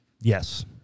Yes